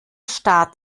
staat